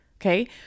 Okay